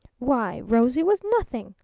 why, rosie was nothing!